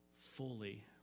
fully